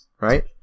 right